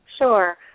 Sure